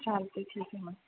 चालतं आहे ठीक आहे मग